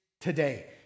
today